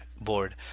board